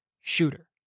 shooter